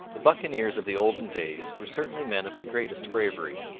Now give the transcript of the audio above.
the buccaneers of the olden days were certainly men of the greatest bravery.